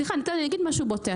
אגיד משהו בוטה.